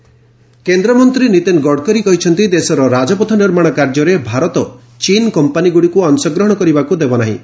ଗଡକରୀ ଚୀନ୍ କମ୍ପାନିଜ୍ କେନ୍ଦ୍ରମନ୍ତ୍ରୀ ନୀତିନ ଗଡକରୀ କହିଛନ୍ତି ଦେଶର ରାଜପଥ ନିର୍ମାଣ କାର୍ଯ୍ୟରେ ଭାରତ ଚୀନ୍ କମ୍ପାନୀଗୁଡ଼ିକୁ ଅଂଶଗ୍ରହଣ କରିବାକୁ ଦେବନାହିଁ